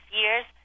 years